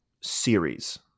series